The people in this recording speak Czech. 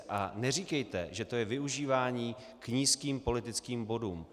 A neříkejte, že to je využívání k nízkým politickým bodům.